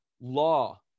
law